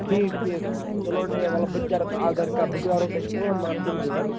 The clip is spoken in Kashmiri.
ٹھیٖک ٹھیٖک چلو ڈِیر وَلہٕ بہٕ تہِ کرٕ اَگر بہٕ کرو تۄہہِ فون مَگر تُلہِ زیو حظ